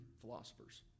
philosophers